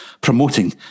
promoting